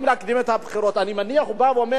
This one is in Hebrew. אני מניח שהוא בא ואומר: איזה טוב,